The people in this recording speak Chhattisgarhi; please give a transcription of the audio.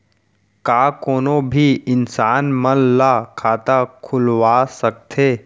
का कोनो भी इंसान मन ला खाता खुलवा सकथे?